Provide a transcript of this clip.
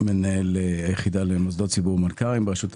אני מנהל היחידה למוסדות ציבור ומלכ"רים ברשות המיסים.